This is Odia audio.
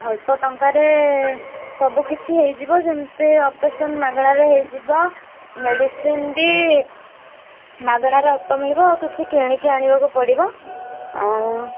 ଅଳ୍ପ ଟଙ୍କାରେ ସବୁ କିଛି ହେଇଯିବ ଯେମିତି ଅପରେସନ୍ ମାଗଣରେ ହେଇଯିବ ମେଡ଼ିସିନ୍ ବି ମାଗଣରେ ଅଳ୍ପ ମିଳିବ ଆଉ କିଛି କିଣିକି ଆଣିବାକୁ ପଡ଼ିବ